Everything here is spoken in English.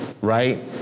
right